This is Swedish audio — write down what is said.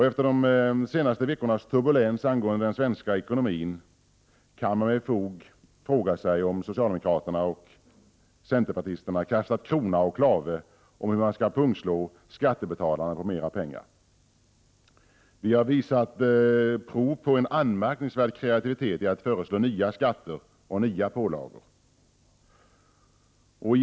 Efter de senaste veckornas turbulens angående svensk samhällsekonomi kan man med fog fråga sig om socialdemokrater och centerpartister kastat krona och klave om hur man skall pungslå skattebetalarna på mer pengar. De har emellertid visat prov på en anmärkningsvärd kreativitet i att föreslå nya skatter och nya pålagor.